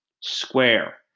Square